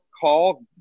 call